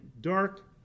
dark